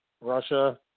Russia